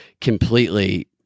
completely